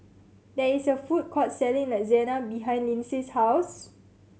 there is a food court selling Lasagna behind Lynsey's house